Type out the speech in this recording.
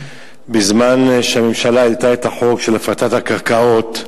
בזמן שהממשלה העלתה את החוק של הפרטת הקרקעות,